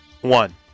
one